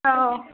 हो